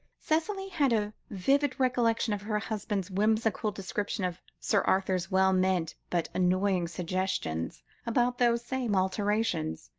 cicely had a vivid recollection of her husband's whimsical description of sir arthur's well-meant, but annoying, suggestions about those same alterations,